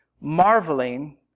Marveling